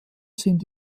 sind